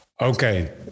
Okay